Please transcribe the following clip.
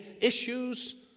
issues